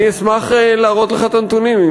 אני אשמח להראות לך את הנתונים,